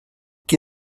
qui